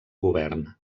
govern